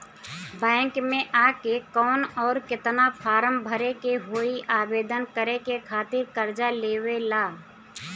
Bank मे आ के कौन और केतना फारम भरे के होयी आवेदन करे के खातिर कर्जा लेवे ला?